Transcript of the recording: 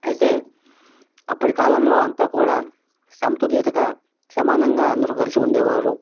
అయితే అప్పటి కాలంలో అంతా కూడా సమతుల్యతగా సమానంగా అందరూ కలిసి ఉండేవారు